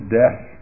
death